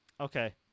Okay